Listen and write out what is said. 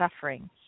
suffering